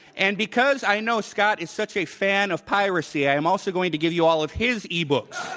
and because i know scott is such a fan of piracy i'm also going to give you all of his e books.